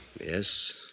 Yes